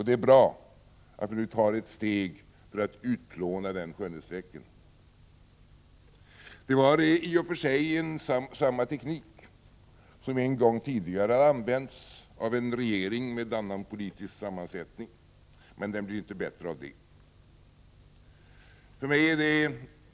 Det är bra att vi nu tar ett steg för att utplåna den skönhetsfläcken. I och för sig har samma teknik använts en gång tidigare av en regering med annan politisk sammansättning, men den blir inte bättre för det.